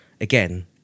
again